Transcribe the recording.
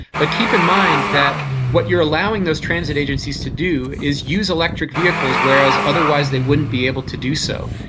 but keep in mind that what you are allowing those transit agencies to do is use electric vehicles, whereas otherwise they wouldn't be able to do so.